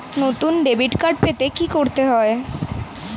নতুন debit card পেতে কী করতে হবে?